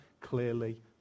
clearly